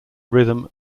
rhythm